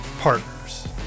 partners